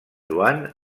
joan